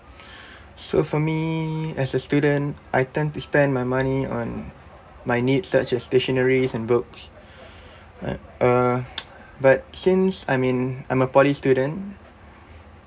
so for me as a student I tend to spend my money on my needs such as dictionaries and books uh but since I mean I'm a poly student